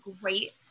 great